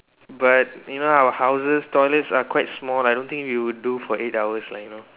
but you know our houses toilets are quite small I don't think we will do for eight hours lah you know